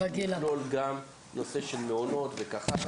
נכלול גם את הנושא של מעונות וכך הלאה.